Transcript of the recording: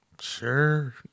Sure